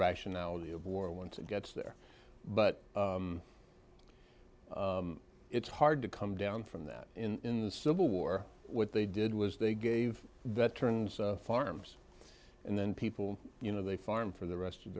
irrationality of war once it gets there but it's hard to come down from that in the civil war what they did was they gave that turns farms and then people you know they farm for the rest of